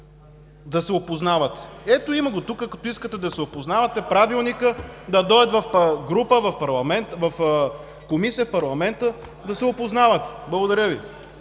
да се опознават. Ето, има го тук, ако искате да се опознавате – Правилника, да дойдат в група, в парламента, в комисия, да се опознават. Благодаря Ви.